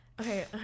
Okay